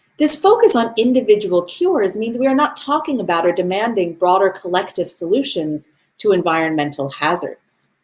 this focus on individual cures means we are not talking about or demanding broader collective solutions to environmental hazards.